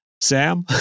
Sam